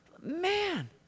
Man